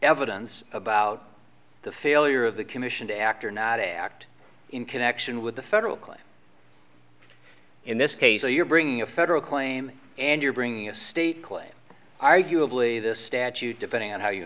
evidence about the failure of the commission to act or not act in connection with the federal claim in this case or you're bringing a federal claim and you're bringing a state claim arguably this statute depending on how you